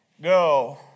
go